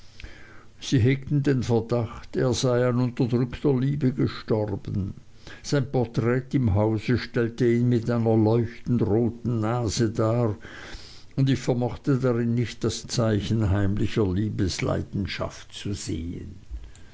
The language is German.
sie hegten den verdacht er sei an unterdrückter liebe gestorben sein porträt im hause stellte ihn mit einer leuchtend roten nase dar und ich vermochte darin nicht das zeichen heimlicher liebesleidenschaft zu sehen